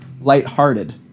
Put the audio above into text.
lighthearted